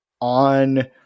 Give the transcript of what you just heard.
on